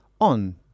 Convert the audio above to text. on